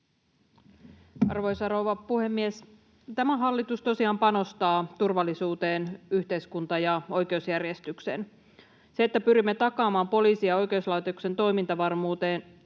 Arvoisa rouva puhemies! Tämä hallitus tosiaan panostaa turvallisuuteen, yhteiskunta- ja oikeusjärjestykseen. Pyrimme takaamaan poliisin ja oikeuslaitoksen toimintavarmuuden,